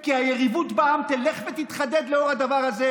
שירות בצה"ל הוא אחד מהדברים הכי מכובדים שאדם יכול לעשות,